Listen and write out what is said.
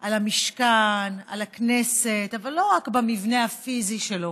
על המשכן, על הכנסת, אבל לא רק במבנה הפיזי שלו